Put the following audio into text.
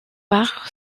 par